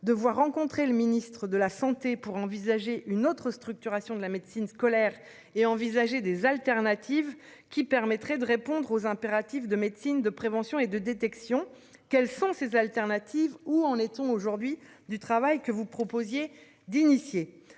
de voir rencontrer le ministre de la Santé pour envisager une autre structuration de la médecine scolaire et envisager des alternatives qui permettraient de répondre aux impératifs de médecine de prévention et de détection. Quelles sont ces alternatives, où en est-on aujourd'hui du travail que vous proposiez d'initiés.